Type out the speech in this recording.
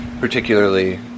particularly